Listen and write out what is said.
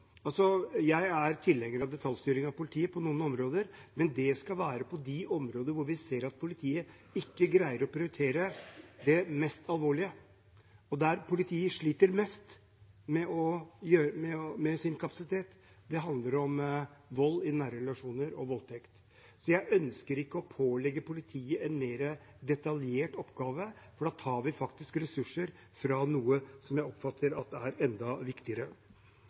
Jeg er tilhenger av detaljstyring av politiet på noen områder, men det skal være på de områdene hvor vi ser at politiet ikke greier å prioritere det mest alvorlige. Og det området der politiet sliter mest med sin kapasitet, er vold i nære relasjoner og voldtekt. Jeg ønsker ikke å pålegge politiet en mer detaljert oppgave, for da tar vi ressurser fra noe som jeg oppfatter som enda viktigere.